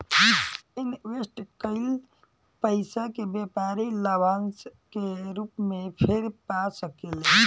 invest कईल पइसा के व्यापारी लाभांश के रूप में फेर पा सकेले